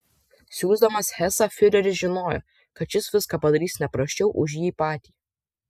siųsdamas hesą fiureris žinojo kad šis viską padarys ne prasčiau už jį patį